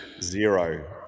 zero